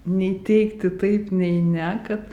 nei teigti taip nei ne kad